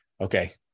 Okay